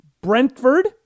Brentford